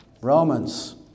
romans